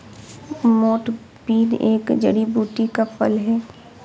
मोठ बीन एक जड़ी बूटी का फल है